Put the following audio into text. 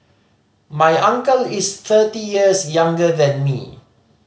my uncle is thirty years younger than me